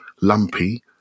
lumpy